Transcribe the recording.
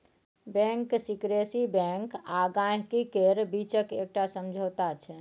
bank secrecy bank आ गांहिकी केर बीचक एकटा समझौता छै